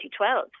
2012